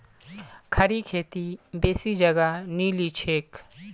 खड़ी खेती बेसी जगह नी लिछेक